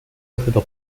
boceto